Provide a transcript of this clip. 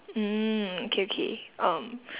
mm okay okay um